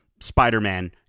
Spider-Man